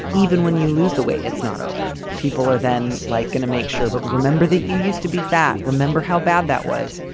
even when you lose the weight, it's not over. people are then like going to make sure. but remember that you used to be fat. remember how bad that was?